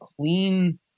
clean